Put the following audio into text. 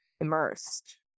immersed